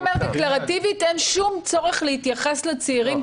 אז אתה אומר שדקלרטיבית אין שום צורך להתייחס לצעירים